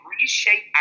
reshape